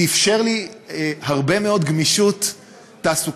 זה אפשר לי הרבה מאוד גמישות תעסוקתית,